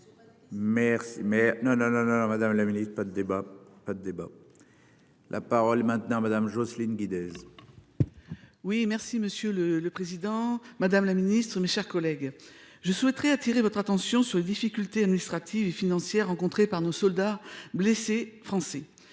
non. Madame la Ministre pas de débat. Pas de débat. La parole maintenant Madame Jocelyne Guidez. Oui, merci Monsieur le le président Madame la Ministre, mes chers collègues, je souhaiterais attirer votre attention sur les difficultés administratives et financières rencontrées par nos soldats blessés français